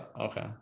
okay